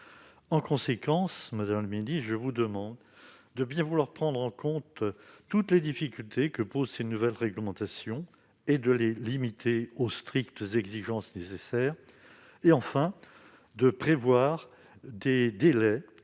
En conséquence, madame la secrétaire d'État, je vous demande de bien vouloir prendre en compte toutes les difficultés que posent ces nouvelles réglementations, de les limiter aux exigences strictement nécessaires et de prévoir des délais compatibles